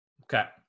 okay